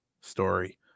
story